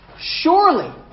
Surely